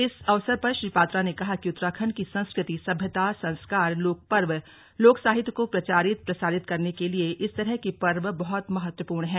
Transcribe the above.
इस अवसर पर श्री पात्रा ने कहा कि उत्तराखण्ड की संस्कृति सभ्यता संस्कार लोकपर्व लोकसाहित्य को प्रचारित प्रसारित करने के लिए इस तरह के पर्व बहुत महत्वपूर्ण हैं